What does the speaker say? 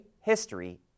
history